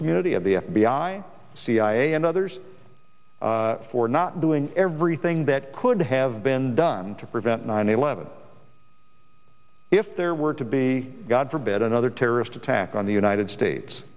community of the f b i cia and others for not doing everything that could have been done to prevent nine eleven if there were to be god forbid another terrorist attack on the united states